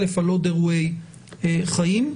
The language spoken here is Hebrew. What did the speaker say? על עוד אירועי חיים.